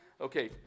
Okay